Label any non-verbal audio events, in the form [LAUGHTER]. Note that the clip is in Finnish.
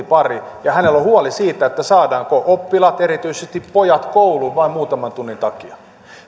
[UNINTELLIGIBLE] pari ja hänellä on huoli siitä saadaanko oppilaat erityisesti pojat kouluun vain muutaman tunnin takia